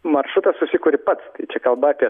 maršrutą susikuri pats tai čia kalba apie